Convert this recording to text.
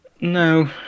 No